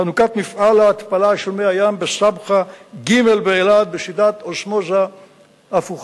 חנוכת מפעל ההתפלה של מי הים בסבחה ג' באילת בשיטת אוסמוזה הפוכה,